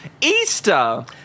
Easter